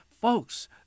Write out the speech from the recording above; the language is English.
Folks